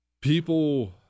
people